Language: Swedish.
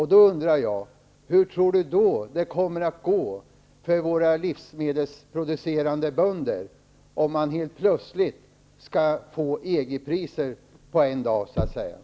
Hur tror Lennart Brunander att det kommer att gå för våra livsmedelsproducerande bönder, om man så att säga på en dag får EG-priser?